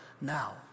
now